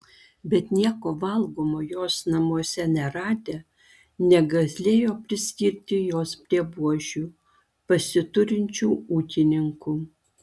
bet nieko valgomo jos namuose neradę negalėjo priskirti jos prie buožių pasiturinčių ūkininkų